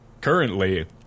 currently